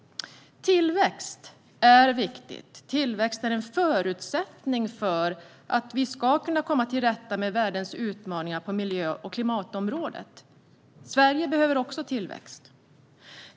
Tillväxt är viktigt. Det är en förutsättning för att vi ska komma till rätta med världens utmaningar på miljö och klimatområdet. Sverige behöver också tillväxt.